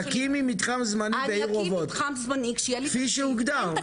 תקימי מתחם זמני בעיר אובות כפי שהוגדר.